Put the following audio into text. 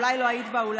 אולי לא היית באולם,